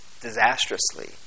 disastrously